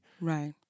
Right